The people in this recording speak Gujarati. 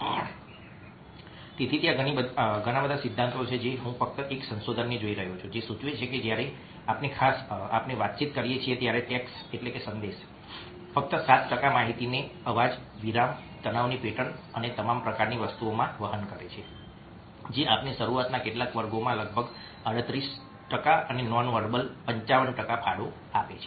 વાત તેથી ત્યાં ઘણી બધી સિદ્ધાંતો છે જે હું ફક્ત એક સંશોધનને જોઈ રહ્યો છું જે સૂચવે છે કે જ્યારે આપણે વાતચીત કરીએ છીએ ત્યારે ટેક્સ્ટ સંદેશ ફક્ત 7 ટકા માહિતીને અવાજ વિરામ તણાવની પેટર્ન અને તમામ પ્રકારની વસ્તુઓમાં વહન કરે છે જે આપણે શરૂઆતના કેટલાક વર્ગોમાં લગભગ 38 ટકા અને નોનવેર્બલ 55 ટકા ફાળો આપે છે